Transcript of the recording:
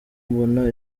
mbona